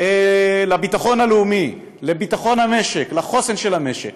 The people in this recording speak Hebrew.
לביטחון הלאומי, לביטחון המשק, לחוסן של המשק,